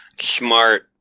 Smart